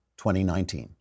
2019